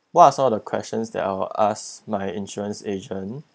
what're some of the questions that I'll ask my insurance agent